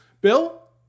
Bill